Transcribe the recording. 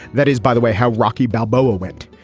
that is, by the way, how rocky balboa went.